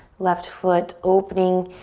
left foot opening,